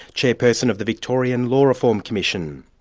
chairperson of the victorian law reform commission.